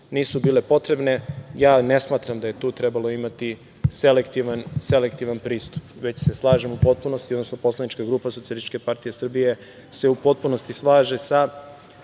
nisu bile potrebne, ja ne smatram da je tu trebalo imati selektivan pristup, već se slažemo u potpunosti, odnosno poslanička grupa SPS se u potpunosti slaže sa